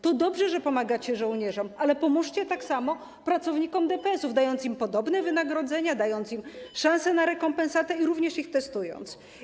To dobrze, że pomagacie żołnierzom, ale pomóżcie tak samo pracownikom DPS-ów, dając im podobne wynagrodzenia, dając im szansę na rekompensatę, jak również ich testując.